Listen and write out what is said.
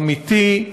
אמיתי,